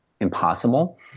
impossible